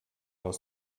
aus